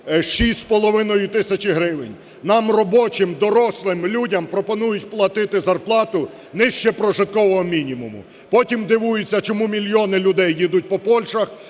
6,5 тисячі гривень. Нам, робочим, дорослим людям, пропонують платити зарплату нижче прожиткового мінімуму. Потім дивуються, чому мільйони людей їдуть по Польщах,